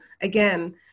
again